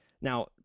now